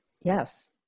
Yes